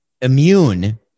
immune